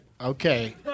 Okay